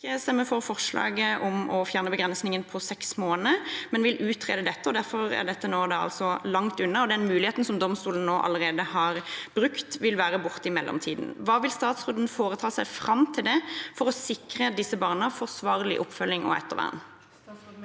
gå inn for forslaget om å fjerne begrensningen på seks måneder, men vil utrede dette, og derfor er dette altså langt unna, og den muligheten som domstolen allerede har brukt, vil være borte i mellomtiden. Hva vil statsråden foreta seg fram til det, for å sikre disse barna forsvarlig oppfølging og ettervern?